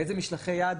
באיזה משלחי יד.